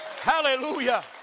hallelujah